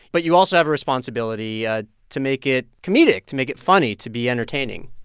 but you also have a responsibility ah to make it comedic, to make it funny, to be entertaining